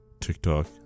TikTok